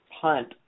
punt